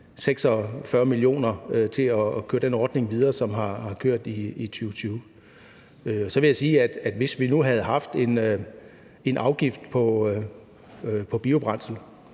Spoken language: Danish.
46 mio. kr. til at køre den ordning videre, som har kørt i 2020. Så vil jeg sige, at hvis vi nu havde haft en afgift på biobrændsel,